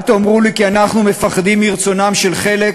אל תאמרו לי שאנחנו מפחדים מרצונם של חלק